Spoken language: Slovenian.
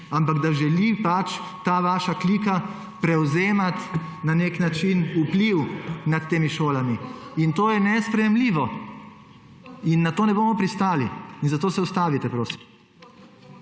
ampak da želi pač ta vaša klika prevzemati na neki način vpliv nad temi šolami. To je nesprejemljivo in na to ne bomo pristali in zato se prosim